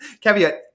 Caveat